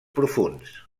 profunds